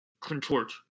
contort